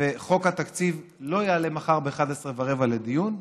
חוק התקציב לא יעלה מחר ב-11:15 לדיון.